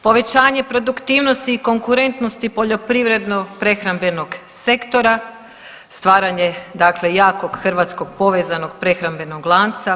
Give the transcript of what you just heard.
Povećanje produktivnosti i konkurentnosti poljoprivredno prehrambenog sektora, stvaranje dakle jakog hrvatskog povezanog prehrambenog lanca.